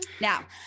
Now